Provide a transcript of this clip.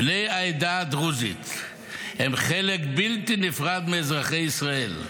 בני העדה הדרוזית הם חלק בלתי נפרד מאזרחי ישראל.